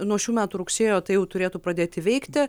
nuo šių metų rugsėjo tai jau turėtų pradėti veikti